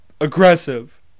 aggressive